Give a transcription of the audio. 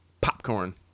popcorn